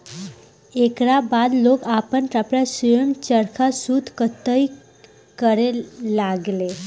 एकरा बाद लोग आपन कपड़ा स्वयं चरखा सूत कताई करे लगले